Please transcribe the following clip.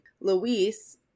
Luis